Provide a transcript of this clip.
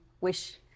wish